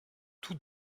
tous